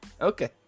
okay